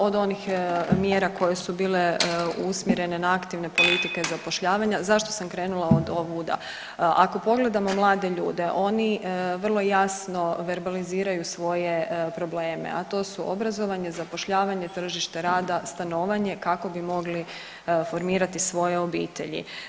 Od onih mjera koje su bile usmjerene na aktivne politike zapošljavanja, zašto sam krenula odovuda, ako pogledamo mlade ljude oni vrlo jasno verbaliziraju svoje probleme, a to su obrazovanje, zapošljavanje, tržište rada, stanovanje kako bi mogli formirati svoje obitelji.